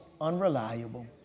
unreliable